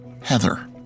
Heather